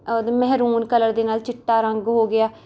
ਅ maroon colour ਦੇ ਨਾਲ ਚਿੱਟਾ ਰੰਗ ਹੋ ਗਿਆ